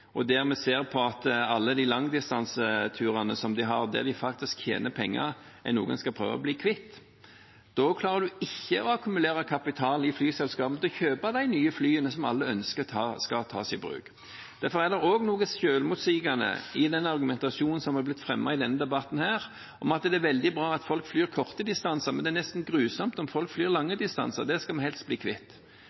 har, der de tjener penger, som noe en skal prøve å bli kvitt! Da klarer en ikke å akkumulere nok kapital i flyselskapene til å kjøpe de nye flyene som alle ønsker skal tas i bruk. Derfor er det også noe selvmotsigende i den argumentasjonen som er blitt fremmet i denne debatten, om at det er veldig bra at folk flyr korte distanser, men at det nesten er grusomt om folk flyr lange distanser, det skal vi helst bli kvitt.